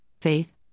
faith